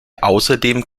außerdem